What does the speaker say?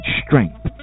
strength